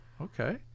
Okay